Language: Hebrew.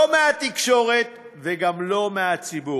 לא מהתקשורת וגם לא מהציבור.